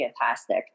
fantastic